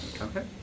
Okay